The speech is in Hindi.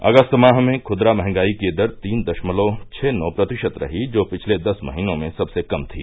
अगस्त माह में खुदरा मंहगाई की दर तीन दशमलव छह नौ प्रतिशत रही जो पिछले दस महीनों में सबसे कम थी